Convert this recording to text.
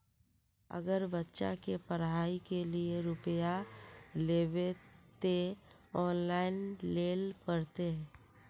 अगर बच्चा के पढ़ाई के लिये रुपया लेबे ते ऑनलाइन लेल पड़ते?